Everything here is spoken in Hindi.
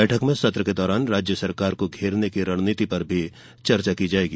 बैठक में सत्र के दौरान राज्य सरकार को घेरने की रणनीति पर भी चर्चा की जायेगी